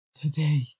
today